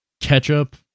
ketchup